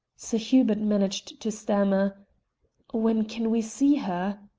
sir hubert managed to stammer when can we see her?